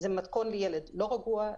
וזה מתכון לילד לא רגוע,